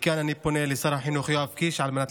מכאן אני פונה לשר החינוך יואב קיש על מנת